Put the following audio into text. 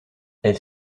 elle